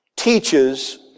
teaches